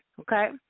okay